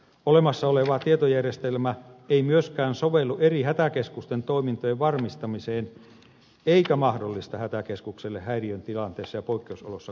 olemassa oleva tietojärjestelmä ei myöskään sovellu eri hätäkeskusten toimintojen varmistamiseen eikä mahdollista hätäkeskukselle häiriötilanteessa ja poikkeusoloissa korvata toista hätäkeskusta